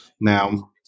Now